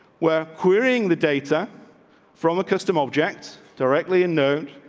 we're querying the data from a custom objects directly unknown.